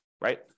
Right